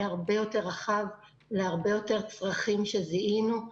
הרבה יותר רחב להרבה יותר צרכים שזיהינו,